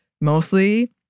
mostly